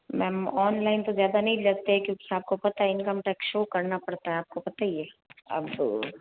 ma'am online तो ज़्यादा नहीं लेते क्योंकि आपको पता है इनकम टैक्स शो करना पड़ता है आपको पता ही है अब